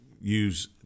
use